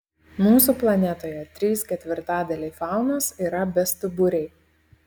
mūsų planetoje trys ketvirtadaliai faunos yra bestuburiai